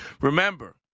Remember